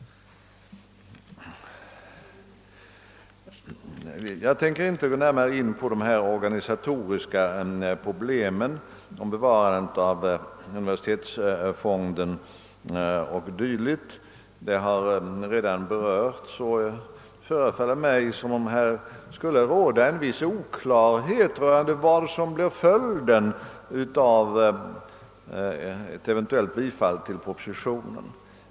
Jag tänker inte närmare gå in på dessa organisatoriska problem om bevarandet av universitetsfonden o. d., som här redan berörts. Det förefaller mig emellertid som om här skulle råda en viss oklarhet om vad som skulle bli följden av ett bifall till propositionen.